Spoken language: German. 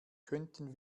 könnten